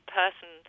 person